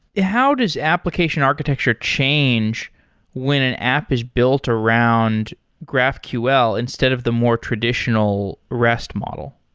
how does application architecture change when an app is built around graphql instead of the more traditional rest model?